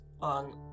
on